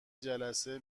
جلسه